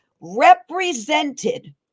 represented